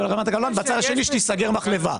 את רמת הגולן ומהצד השני תיסגר מחלבה.